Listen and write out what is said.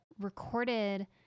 recorded